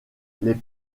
les